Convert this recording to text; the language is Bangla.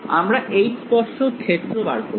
আমরা H স্পর্শক ক্ষেত্র বার করছি